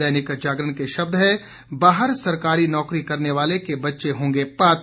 दैनिक जागरण के शब्द हैं बाहर सरकारी नौकरी करने वाले के बच्चें होंगे पात्र